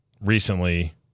recently